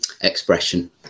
expression